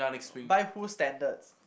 by whose standards